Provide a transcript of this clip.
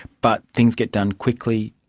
but things get done quickly,